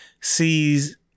sees